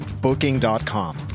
Booking.com